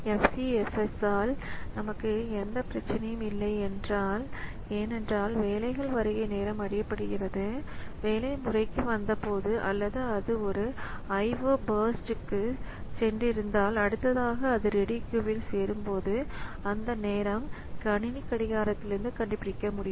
FCFS ஆல் நமக்கு எந்த பிரச்சனையும் இல்லை ஏனென்றால் வேலைகள் வருகை நேரம் அறியப்படுகிறது வேலை முறைக்கு வந்தபோது அல்லது அது ஒரு IO பர்ஸ்ட்ற்கு சென்றிருந்தால் அடுத்ததாக அது ரெடி க்யூல் சேரும்போது அந்த நேரம் கணினி கடிகாரத்திலிருந்து கண்டுபிடிக்க முடியும்